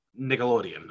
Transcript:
Nickelodeon